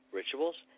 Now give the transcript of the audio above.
rituals